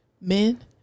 men